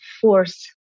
force